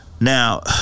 Now